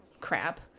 crap